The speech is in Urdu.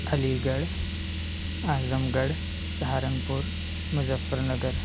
علی گڑھ اعظم گڑھ سہارنپور مظفر نگر